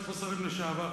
יש פה שרים לשעבר.